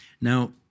now